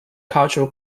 culture